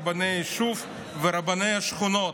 רבני יישוב ורבני השכונות),